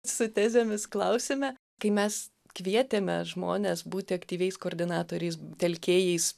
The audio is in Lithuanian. su tezėmis klausime kai mes kvietėme žmones būti aktyviais koordinatoriais telkėjais